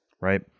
right